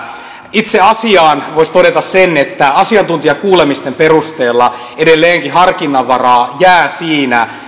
itse asiasta voisi todeta sen että asiantuntijakuulemisten perusteella edelleenkin harkinnanvaraa jää siinä